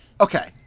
Okay